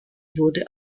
wurde